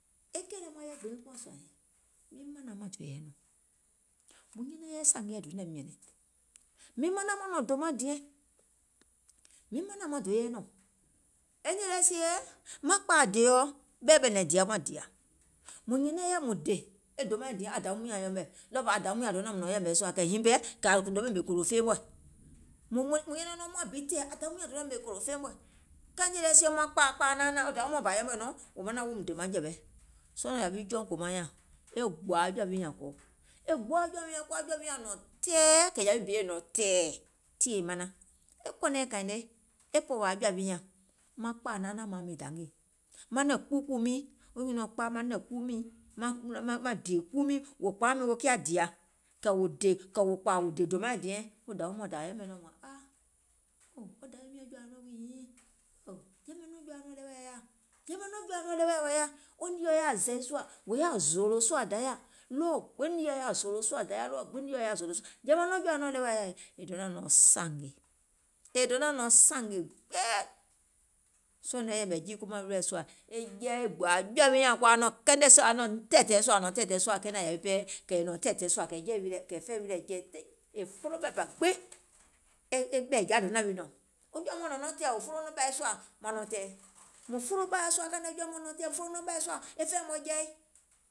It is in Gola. e nìì lɛ sie maŋ kpȧȧ dèèɔ ɓɛ̀i ɓɛ̀nɛ̀ŋ dìa maŋ dìȧ, mùŋ nyɛnɛŋ yɛi mùŋ dè e dòmaȧŋ diɛŋ a dȧwium nyȧŋ yɛmɛ̀ ɗɔɔbȧ aŋ dȧwium nyȧŋ donȧum nɔ̀ŋ yɛ̀mɛ̀ sùȧ kɛ̀ nyiŋ pɛɛ kɛ̀ ȧŋ kùùnò ɓèmè gòlò fee mɔ̀ɛ̀, mùŋ nyɛnɛŋ yɛi nɔŋ muȧŋ bi tɛ̀ɛ̀ aŋ dȧwium nyȧŋ donȧŋ ɓèmè gòlò fee mɔ̀ɛ̀, kɛɛ nìì lɛ sie maŋ kpȧȧ kpȧa naanȧȧŋ wo dȧwi mɔɔ̀ŋ bȧ yɛmɛ̀ nɔŋ wò manaŋ woum dè maŋjɛ̀wɛ, sɔɔ̀ yȧwi jɔùŋ kòmaŋ nyȧŋ e gbòȧ jɔ̀ȧ wi nyȧŋ kɔɔ, è gboo jɔ̀ȧ wi nyȧŋ kɔɔ aŋ jɔ̀ȧ wi nyȧŋ nɔ̀ŋ tɛ̀ɛ̀ kɛ̀ yȧwi bi è nɔ̀ŋ tɛ̀ɛ̀, tii è manaŋ, e kɔ̀nɛɛ̀ŋ kȧìŋ ne e pɔ̀wɔ̀ aŋ jɔ̀ȧ wi nyȧŋ, maŋ kpȧa naanȧȧŋ maŋ aŋ miŋ dangè, manɛ̀ŋ kpuukpùù miiŋ, wo nyùnɔ̀ɔŋ kpaa manɛ̀ŋ kpuu miiŋ maŋ dèè kpuu miiŋ wò kpȧiŋ nɔŋ wo kiȧ dìȧ, kɛ̀ wò dè kɛ̀ wò kpȧȧ dè dòmaȧŋ diɛŋ, wo dȧwiuŋ nɔɔ̀ŋ bȧ yɛmɛ̀ nɔŋ wȧȧŋ aa, yɛ̀mɛ̀ nɔŋ ɗeweɛ̀ nieɔ̀ jɔ̀ȧuŋ yȧa, wo nìeɔ̀ yaȧ zɛ̀ì sùȧ, wò yaȧ zòòlò sùȧ dayȧ, wo nìeɔ̀ yaȧ zòòlò sùȧ dayȧ ɗɔɔ gbiŋ yɛ̀mɛ̀ nɔŋ ɗeweɛ̀ jɔ̀ȧȧ nɔŋ yaȧ, è donȧŋ nɔ̀ŋ sȧngè, è donȧŋ nɔ̀ŋ sȧngè gbee, sɔɔ̀ nɔŋ e yɛ̀mɛ̀ jiikomaŋ wilɛ̀ sùȧ e jɛi e gbòȧ jɔ̀ȧ wi nyȧŋ kɔɔ aŋ nɔ̀ŋ kɛnɛ sùȧ aŋ nɔ̀ŋ tɛ̀ɛ̀tɛ̀ɛ̀ sùȧ ȧŋ nɔ̀ŋ tɛ̀ɛ̀tɛ̀ɛ̀ sùȧ kɛ̀ yȧwi pɛɛ nɔ̀ŋ tɛ̀ɛ̀tɛ̀ɛ̀ sùà kɛ̀ fɛɛ̀ wilɛ̀ jɛi tɛ̀ɛ̀, yè folo ɓɛ̀ bȧ gbiŋ e ɓɛ̀ɛ̀jȧa donȧŋ wi nɔ̀ŋ, wo jɔ̀ȧ mɔɔ̀ŋ nɔ̀ŋ nɔŋ tɛ̀ɛ̀ wò folo nɔŋ ɓȧi sùȧ mȧŋ nɔ̀ŋ tɛ̀ɛ̀, mùŋ folo nɔŋ ɓȧiɛ̀ sùȧ e fɛɛ̀ mɔ̀ɛ̀ jɛi,